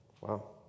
Wow